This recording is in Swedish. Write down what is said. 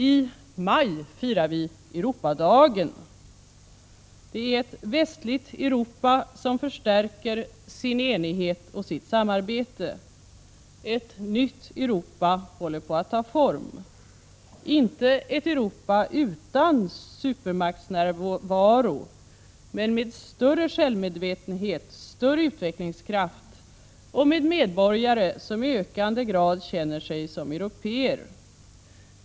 I maj firar vi Europadagen, då ett västligt Europa förstärker sin enighet och sitt samarbete. Ett nytt Europa håller på att ta form — inte ett Europa utan supermaktsnärvaro, men med större självmedvetenhet, med större utvecklingskraft och med medborgare som i ökande utsträckning känner sig som européer.